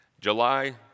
July